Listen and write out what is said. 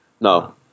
No